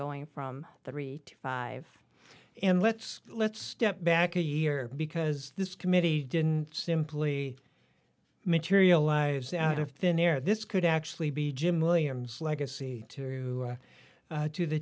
going from three to five and let's let's step back a year because this committee didn't simply materialize out of thin air this could actually be jim williams legacy two to the to